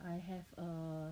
I have err